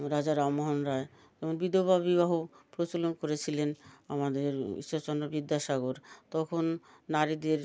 রাজা রামমোহন রায় এবং বিধবাবিবাহ প্রচলন করেছিলেন আমাদের ঈশ্বরচন্দ্র বিদ্যাসাগর তখন নারীদের